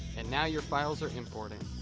and now your files are importing.